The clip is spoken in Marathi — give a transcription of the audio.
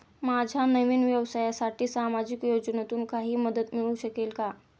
माझ्या नवीन व्यवसायासाठी सामाजिक योजनेतून काही मदत मिळू शकेल का?